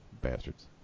Bastards